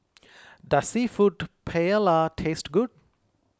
does Seafood Paella taste good